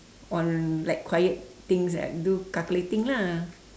on like quiet things like do calculating lah